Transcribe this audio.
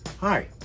Hi